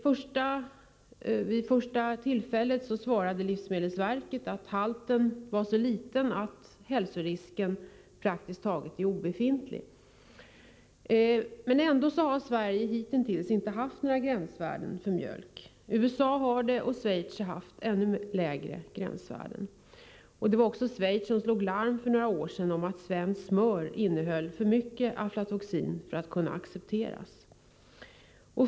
Först svarade livsmedelsverket att halten av aflatoxin är så liten att hälsorisken praktiskt taget är obefintlig. Hitintills har Sverige inte haft några gränsvärden för mjölk. USA har gränsvärden, och Schweiz har fastställt ännu lägre gränsvärden än USA. Det var också i Schweiz som man för några år sedan slog larm om att svenskt smör innehöll för mycket aflatoxin för att kunna accepteras.